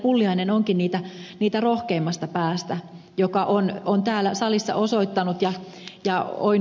pulliainen onkin siitä rohkeimmasta päästä joka on täällä salissa osoittanut ja ed